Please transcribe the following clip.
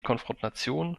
konfrontation